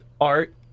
art